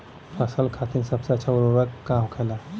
फसल खातीन सबसे अच्छा उर्वरक का होखेला?